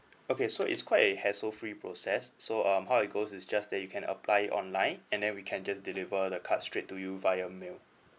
okay so it's quite a hassle free process so um how it goes is just that you can apply it online and then we can just deliver the card straight to you via mail